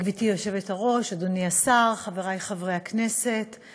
גברתי היושבת-ראש, אדוני השר, חברי חברי הכנסת,